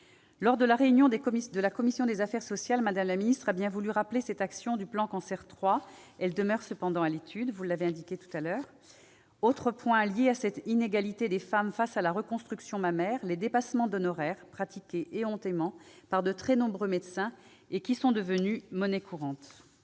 Lors de la réunion de la commission des affaires sociales, madame la ministre, vous avez bien voulu rappeler cette action du plan Cancer III. Elle demeure cependant à l'étude. Autre point lié à cette inégalité des femmes face à la reconstruction mammaire : les dépassements d'honoraires pratiqués « éhontément » par de trop nombreux médecins et qui sont devenus monnaie courante.